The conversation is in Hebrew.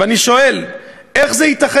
ואני שואל: איך זה ייתכן?